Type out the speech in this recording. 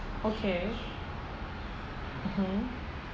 okay mmhmm